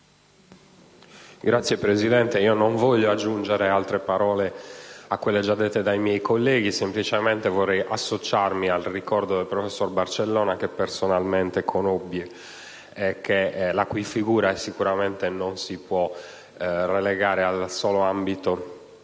Signor Presidente, non voglio aggiungere altre parole a quelle già dette dai miei colleghi, ma semplicemente associarmi al ricordo del professor Barcellona, che personalmente conobbi, la cui figura sicuramente non si può relegare al solo ambito